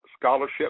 Scholarship